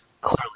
clearly